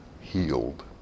healed